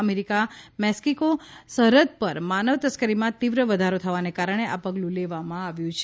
America Mexico સરહદ પર માનવ તસ્કરીમાં તીવ્ર વધારો થવાને કારણે આ પગલું લેવામાં આવ્યું છે